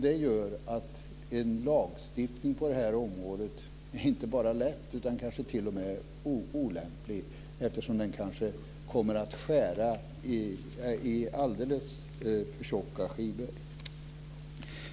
Det gör att en lagstiftning på det här området inte bara är svår utan kanske t.o.m. olämplig, eftersom den kanske kommer att skära i alldeles för tjocka skivor.